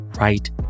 right